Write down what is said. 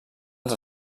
als